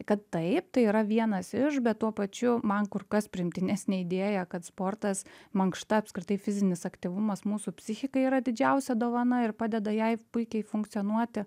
kad taip tai yra vienas iš bet tuo pačiu man kur kas priimtinesnė idėja kad sportas mankšta apskritai fizinis aktyvumas mūsų psichikai yra didžiausia dovana ir padeda jai puikiai funkcionuoti